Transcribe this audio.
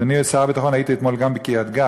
אדוני שר הביטחון, הייתי אתמול גם בקריית-גת,